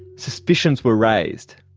suspicions were raised.